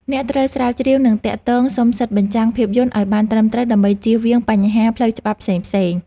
អ្នកត្រូវស្រាវជ្រាវ និងទាក់ទងសុំសិទ្ធិបញ្ចាំងភាពយន្តឱ្យបានត្រឹមត្រូវ ដើម្បីចៀសវាងបញ្ហាផ្លូវច្បាប់ផ្សេងៗ។